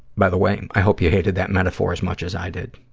by the way, i hope you hated that metaphor as much as i did.